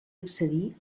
excedir